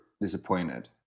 disappointed